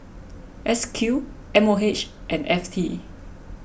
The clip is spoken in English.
S Q M O H and F T